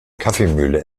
kaffeemühle